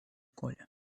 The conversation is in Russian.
коля